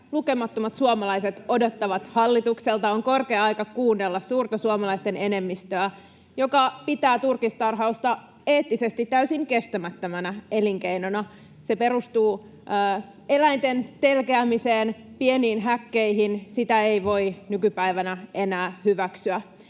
lukemattomat suomalaiset odottavat hallitukselta. On korkea aika kuunnella suurta suomalaisten enemmistöä, joka pitää turkistarhausta eettisesti täysin kestämättömänä elinkeinona. Se perustuu eläinten telkeämiseen pieniin häkkeihin. Sitä ei voi nykypäivänä enää hyväksyä.